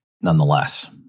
nonetheless